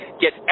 get